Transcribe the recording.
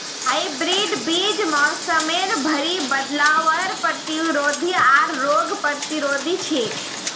hybrid बीज मोसमेर भरी बदलावर प्रतिरोधी आर रोग प्रतिरोधी छे